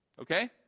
okay